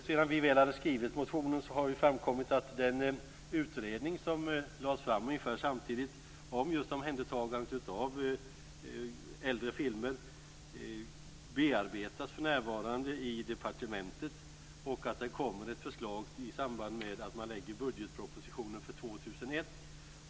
Sedan vi väl hade skrivit motionen har framkommit att den utredning som samtidigt lades fram om just omhändertagandet av äldre filmer för närvarande bearbetas i departementet och att det kommer ett förslag i samband med att budgetpropositionen framläggs för år 2001.